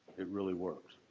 it really worked.